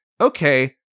okay